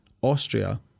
Austria